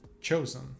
Chosen